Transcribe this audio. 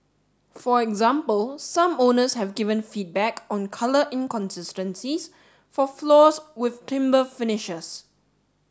for example some owners have given feedback on colour inconsistencies for floors with timber finishers